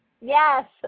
Yes